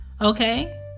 okay